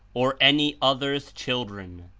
or any other's children,